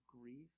grief